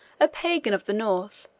a pagan of the north,